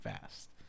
fast